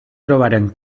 trobaren